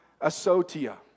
asotia